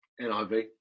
NIV